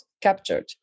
captured